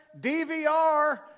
DVR